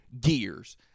Gears